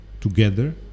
together